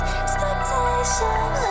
expectations